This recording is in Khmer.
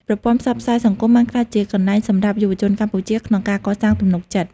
ប្រព័ន្ធផ្សព្វផ្សាយសង្គមបានក្លាយជាកន្លែងសម្រាប់យុវជនកម្ពុជាក្នុងការកសាងទំនុកចិត្ត។